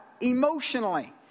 emotionally